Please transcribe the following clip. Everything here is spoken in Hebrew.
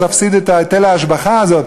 תפסיד את היטל ההשבחה הזה,